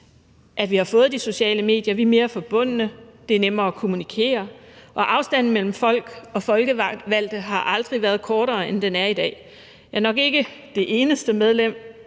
at vi har fået de sociale medier. Vi er mere forbundne, det er nemmere at kommunikere, og afstanden mellem folk og folkevalgte har aldrig været kortere, end den er i dag. Jeg er nok ikke det eneste medlem,